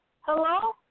Hello